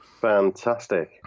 Fantastic